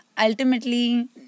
ultimately